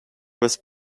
was